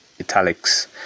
italics